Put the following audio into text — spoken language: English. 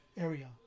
area